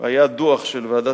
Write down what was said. היה דוח של ועדת-פוגל,